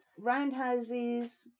roundhouses